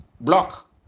block